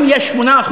אם יש 8%,